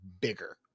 bigger